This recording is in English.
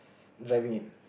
driving it